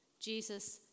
Jesus